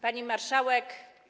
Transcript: Pani Marszałek!